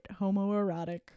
homoerotic